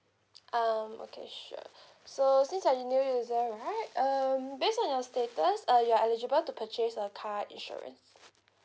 um okay sure so since you are a new user right um based on your status uh you are eligible to purchase a car insurance